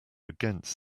against